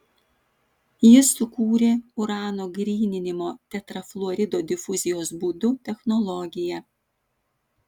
jis sukūrė urano gryninimo tetrafluorido difuzijos būdu technologiją